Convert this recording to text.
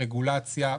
רגולציה,